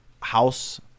house